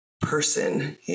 person